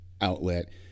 outlet